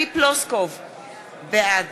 בעד